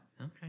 Okay